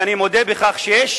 ואני מודה בכך שיש